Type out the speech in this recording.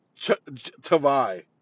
Tavai